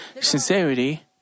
sincerity